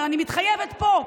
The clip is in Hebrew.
אבל אני מתחייבת פה,